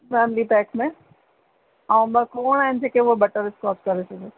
family pack में ऐं ॿ कोन आहिनि जेके वो बटरस्कॉच करे छॾियो